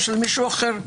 של מישהו אחר.